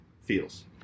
feels